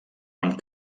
amb